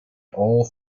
all